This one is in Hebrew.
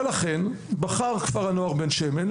ולכן בחר כפר הנוער בן שמן,